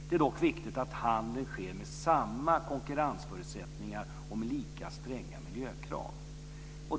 Det är dock viktigt att handeln sker med samma konkurrensförutsättningar och med lika stränga miljökrav.